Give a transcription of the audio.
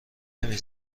نمی